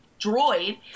droid